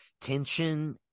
tension